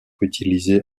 utilisés